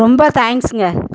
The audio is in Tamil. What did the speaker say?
ரொம்ப தேங்க்ஸுங்க